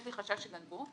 יש לי חשש שגנבו,